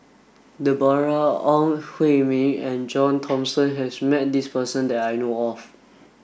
Deborah Ong Hui Min and John Thomson has met this person that I know of